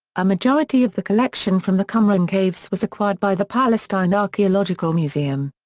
a majority of the collection from the qumran caves was acquired by the palestine archeological museum.